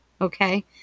okay